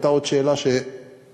הייתה עוד שאלה ששכחתי.